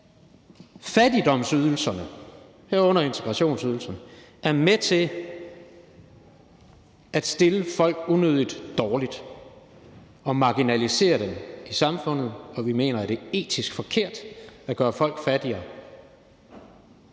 fattigdomsydelserne, herunder integrationsydelsen, er med til at stille folk unødig dårligt og marginalisere dem i samfundet, og vi mener, at det er etisk forkert at gøre folk fattigere,